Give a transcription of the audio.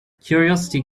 curiosity